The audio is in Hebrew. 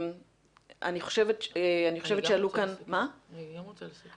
גם אני רוצה לסכם.